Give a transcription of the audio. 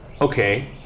okay